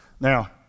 Now